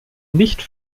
nicht